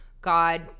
God